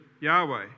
Yahweh